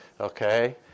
Okay